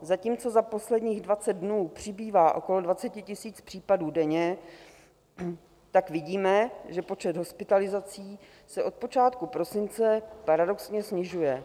Zatímco za posledních 20 dnů přibývá okolo 20 000 případů denně, tak vidíme, že počet hospitalizací se od počátku prosince paradoxně snižuje.